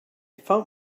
found